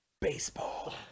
Baseball